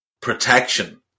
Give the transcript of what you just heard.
protection